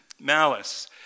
malice